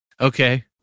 Okay